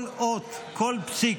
כל אות, כל פסיק,